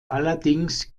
allerdings